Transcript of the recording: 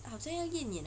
验眼